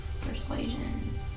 Persuasion